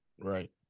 Right